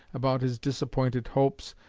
about his disappointed hopes,